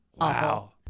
Wow